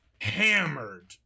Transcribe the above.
hammered